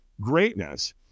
greatness